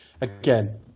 Again